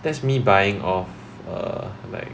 that's me buying off err like